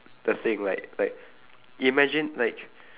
the thing like like imagine like